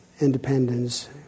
Independence